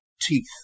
teeth